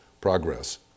progress